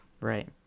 right